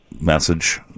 message